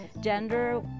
gender